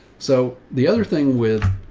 so the other thing with,